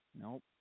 Nope